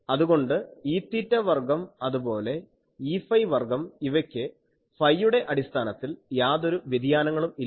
അതുകൊണ്ട് Eθ വർഗ്ഗം അതുപോലെ Eφ വർഗ്ഗം ഇവയ്ക്ക് ഫൈയുടെ അടിസ്ഥാനത്തിൽ യാതൊരു വ്യതിയാനങ്ങളും ഇല്ല